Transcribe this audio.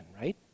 right